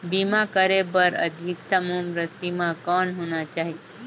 बीमा करे बर अधिकतम उम्र सीमा कौन होना चाही?